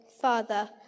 Father